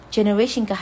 Generation